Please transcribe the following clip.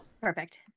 perfect